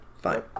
Fine